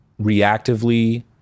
reactively